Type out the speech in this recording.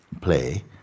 play